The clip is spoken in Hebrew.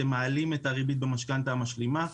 הם מעלים את הריבית במשכנתא המשלימה.